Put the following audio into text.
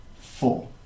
four